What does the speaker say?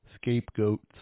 scapegoats